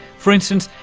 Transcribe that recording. for instance,